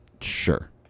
sure